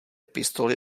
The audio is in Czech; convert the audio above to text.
pistoli